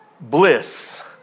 bliss